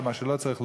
ומה שלא צריך,